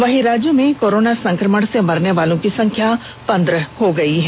वहीं राज्य में कोरोना संकमण से मरने वालों की संख्या पंद्रह हो गयी है